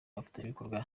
abafatanyabikorwa